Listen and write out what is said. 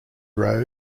row